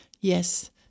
Yes